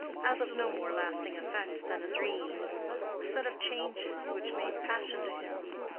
as of no more lasting effect than a dream a set of changes which made passion to him,